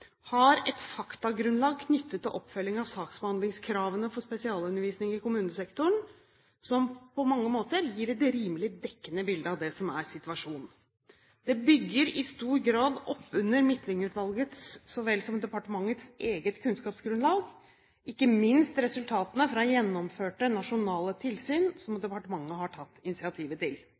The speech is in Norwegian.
har et faktagrunnlag knyttet til oppfølging av saksbehandlingskravene for spesialundervisning i kommunesektoren, som på mange måter gir et rimelig dekkende bilde av det som er situasjonen. Det bygger i stor grad opp under Midtlyng-utvalgets så vel som departementets eget kunnskapsgrunnlag – ikke minst resultatene fra gjennomførte nasjonale tilsyn som departementet har tatt initiativet til.